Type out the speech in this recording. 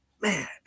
man